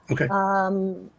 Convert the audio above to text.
Okay